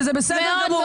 וזה בסדר גמור.